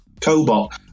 cobot